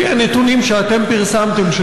לפי הנתונים שאתם פרסמתם,